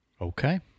Okay